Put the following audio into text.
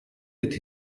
with